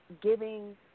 giving